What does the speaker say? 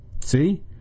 See